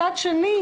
מצד שני,